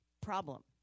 problem